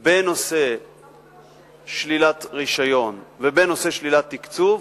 בנושא שלילת רשיון ובנושא שלילת תקצוב,